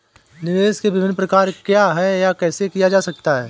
निवेश के विभिन्न प्रकार क्या हैं यह कैसे किया जा सकता है?